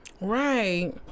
right